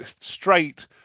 straight